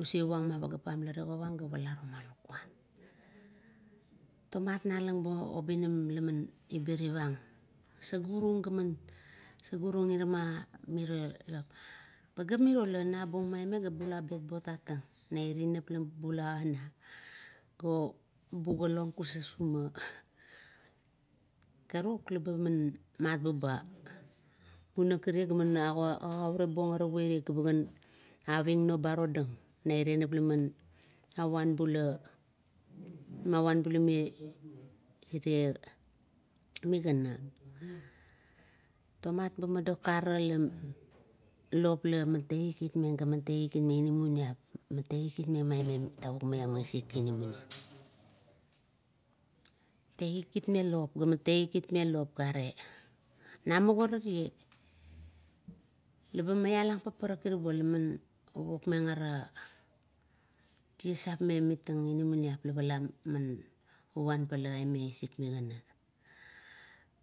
Usiau vang ma pageap pang ga pala roma laialan. Tomat na alang la ibirivang saguru gama suguru irama miro eap: pageap mirie la nabung maime gabula bet buong ta tang, nairanap labula ara, gobugolong kasusuma. karuk eba man, mat buba punang karia gaman agu agune buong are oi, meba gan aving non ba rodang, naira nap laman, avan bula, mavanbula ire migara. Tomat bo ma dokara la, lop lama tegit git meng aime tavuk malang misik inimoniap. tegit git meng lop gaman tegit git meng lop gare namuk ara labamialang paparak ira buo laman o wokmeng ara tiesip memitang inamaniap lapala maouan pala isik migana.